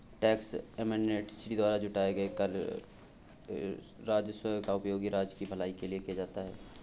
tax amnesty द्वारा जुटाए गए कर राजस्व का उपयोग राज्य की भलाई के लिए किया जाता है